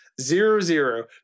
zero-zero